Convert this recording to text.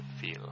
feel